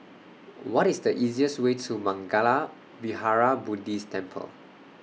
What IS The easiest Way to Mangala Vihara Buddhist Temple